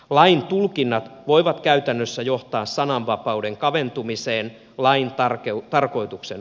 lain tulkinnat voivat käytännössä johtaa sananvapauden kaventumiseen lain tarkoituksen vastaisesti